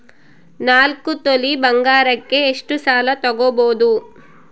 ನಾಲ್ಕು ತೊಲಿ ಬಂಗಾರಕ್ಕೆ ಎಷ್ಟು ಸಾಲ ತಗಬೋದು?